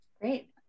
Great